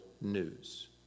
news